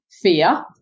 fear